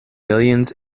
millions